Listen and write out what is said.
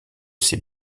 ses